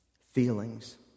Feelings